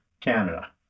Canada